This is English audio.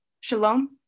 Shalom